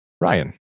Ryan